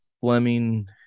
Fleming